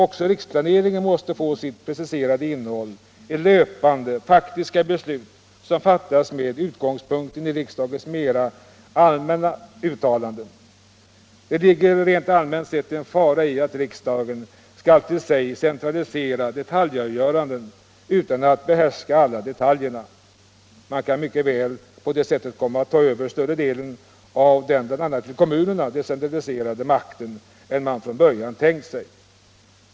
Också riksplaneringen måste få sitt preciserade innehåll i löpande, faktiska beslut som fattas med utgångspunkt i riksdagens mera allmänna uttalande. Det ligger rent allmänt sett en fara i att riksdagen skall till sig centralisera detaljavgöranden utan att behärska alla detaljer. Man kan mycket väl på det sättet komma att ta över en större del av den bl.a. till kommunerna decentraliserade makten än man från början tänkt sig.